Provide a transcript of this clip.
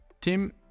Tim